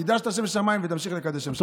קידשת שם שמיים ותמשיך לקדש שם שמיים.